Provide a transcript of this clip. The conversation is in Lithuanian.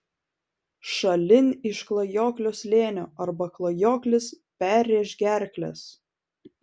šalin iš klajoklio slėnio arba klajoklis perrėš gerkles